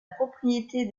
propriété